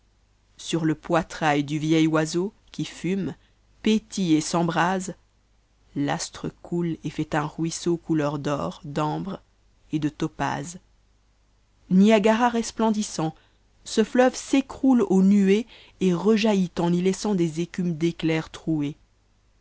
sur le poitrail du eh oiseau qui fume pét me et s'embrase l'astre coule et fa t aa ruisseau couleur d'or d'ambre et de topaze niagara resplendissant ce neuve s'écfouïe aux nuées et rejaillit en y laissant des écumes d'éclairs troaees